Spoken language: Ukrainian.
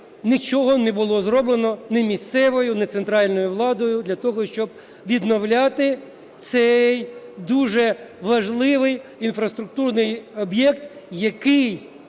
нічого не було зроблено ні місцевою, ні центральною владою для того, щоб відновляти цей дуже важливий інфраструктурний об'єкт, який